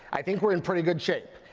i think we're in pretty good shape.